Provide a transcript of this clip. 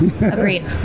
Agreed